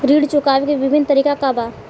ऋण चुकावे के विभिन्न तरीका का बा?